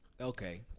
okay